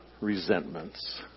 resentments